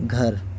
گھر